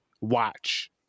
watch